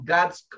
God's